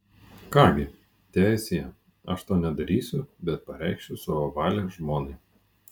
ką gi teesie aš to nedarysiu bet pareikšiu savo valią žmonai